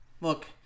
Look